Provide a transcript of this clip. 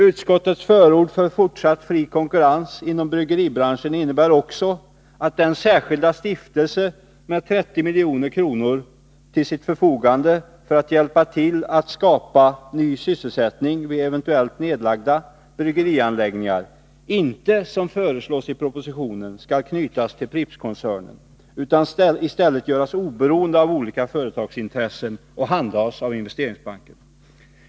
Utskottets förord för fortsatt fri konkurrens inom bryggeribranschen innebär också att den särskilda stiftelsen med 30 milj.kr. till sitt förfogande för att hjälpa till att skapa ny sysselsättning vid eventuellt nedlagda bryggerianläggningar inte, som föreslås i propositionen, skall knytas till Prippskoncernen utan i stället göras oberoende av olika företagsintressen och handhas av Investeringsbanken.